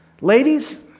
Ladies